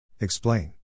Explain